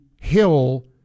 hill